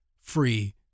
free